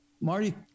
Marty